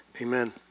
Amen